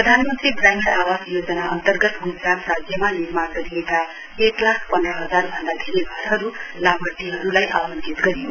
प्रधानमन्त्री ग्रामीण आवास योजना अन्तर्गत गुजरात राज्यमा निर्माण गरिएका एक लाख पन्ध हजार भन्दा धेरै घरहरू लाभार्थीहरूलाई आवटिंत गरियो